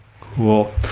Cool